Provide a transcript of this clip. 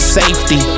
safety